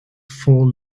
four